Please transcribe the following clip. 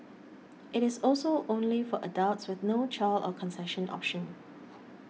it is also only for adults with no child or concession option